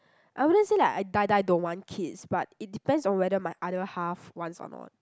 I wouldn't say like I die die don't want kids but it depends on whether my other half wants or not